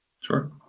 sure